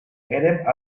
érem